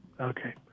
Okay